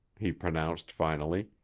he pronounced finally.